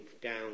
down